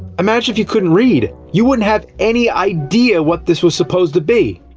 imagine if you couldn't read! you wouldn't have any idea what this was supposed to be!